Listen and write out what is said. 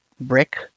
brick